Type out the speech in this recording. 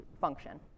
function